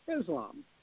Islam